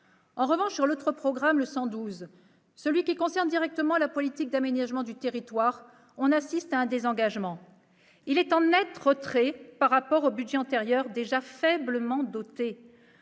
En revanche, sur l'autre programme, le 112, celui qui concerne directement la politique d'aménagement du territoire, on assiste à un désengagement. Les crédits sont en net retrait par rapport aux budgets antérieurs, déjà faiblement dotés.